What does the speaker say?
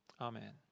Amen